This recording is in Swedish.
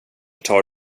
tar